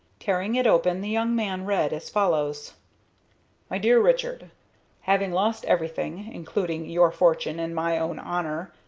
tearing it open, the young man read as follows my dear richard having lost everything, including your fortune and my own honor,